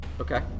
Okay